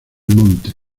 monte